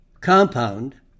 compound